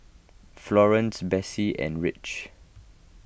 Florance Besse and Rich